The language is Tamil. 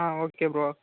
ah okay bro